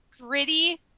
Gritty